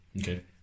okay